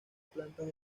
plantas